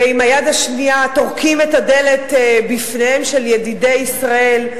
וביד השנייה טורקים את הדלת בפניהם של ידידי ישראל.